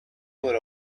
what